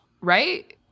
right